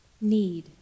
need